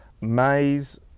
maize